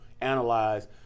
analyze